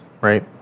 right